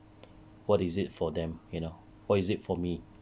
what is it for them you know what is it for me